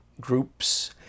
groups